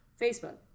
Facebook